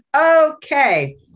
Okay